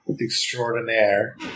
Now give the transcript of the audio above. Extraordinaire